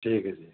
ਠੀਕ ਹੈ ਜੀ